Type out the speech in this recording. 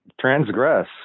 transgress